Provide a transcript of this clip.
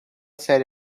said